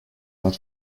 not